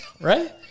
Right